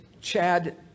Chad